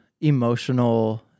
emotional